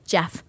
Jeff